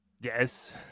yes